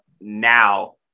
now